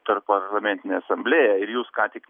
tarpparlamentinę asamblėją ir jūs ką tik